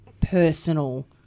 personal